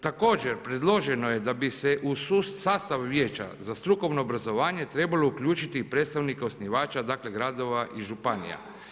Također, predloženo je da bi se u sastav Vijeća za strukovno obrazovanje trebalo uključiti i predstavnika osnivača, dakle gradova i županija.